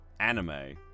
anime